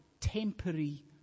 temporary